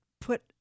put